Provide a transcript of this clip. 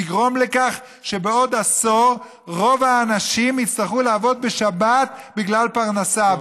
יגרום לכך שבעוד עשור רוב האנשים יצטרכו לעבוד בשבת בגלל פרנסה,